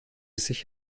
sich